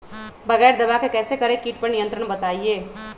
बगैर दवा के कैसे करें कीट पर नियंत्रण बताइए?